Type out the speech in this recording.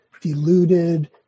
deluded